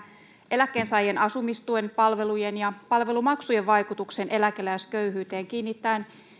eläkkeensaajien asumistuen palvelujen ja palvelumaksujen vaikutukset eläkeläisköyhyyteen kiinnittäen